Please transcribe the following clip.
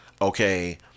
okay